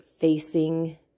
facing